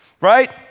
right